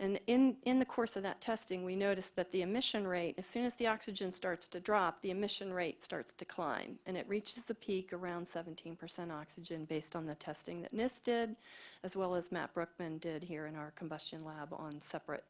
and in in the course of that testing, we noticed that the emission rate as soon as the oxygen starts to drop, the emission rate starts to decline and it reaches a peak around seventeen percent oxygen based on the testing that nist did as well as matt brookman did here in our combustion lab on separate